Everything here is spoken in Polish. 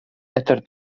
eter